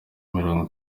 mirongo